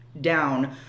down